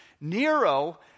Nero